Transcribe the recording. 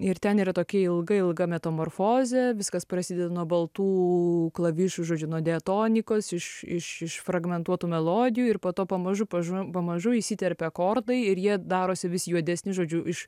ir ten yra tokia ilga ilga metamorfozė viskas prasideda nuo baltų klavišų žodžiu nuo diatonikos iš iš iš fragmentuotų melodijų ir po to pamažu pažu pamažu įsiterpia akordai ir jie darosi vis juodesni žodžiu iš